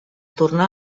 tornar